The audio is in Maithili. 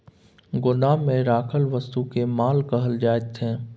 गोदाममे राखल वस्तुकेँ माल कहल जाइत छै